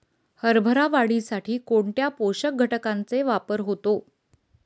हरभरा वाढीसाठी कोणत्या पोषक घटकांचे वापर होतो?